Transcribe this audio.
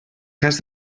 cas